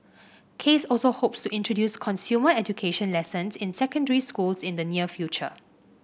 case also hopes to introduce consumer education lessons in secondary schools in the near future